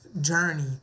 journey